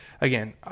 again